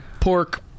pork